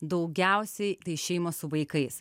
daugiausiai tai šeimos su vaikais